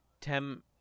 Tem